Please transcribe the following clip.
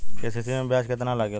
KCC में ब्याज कितना लागेला?